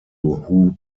who